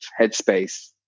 headspace